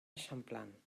eixamplant